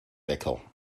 wecker